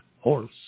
Horse